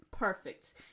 perfect